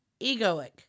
egoic